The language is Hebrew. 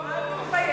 לא, לא.